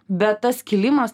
bet tas kilimas